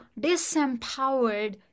disempowered